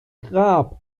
grab